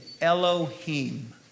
Elohim